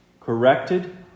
corrected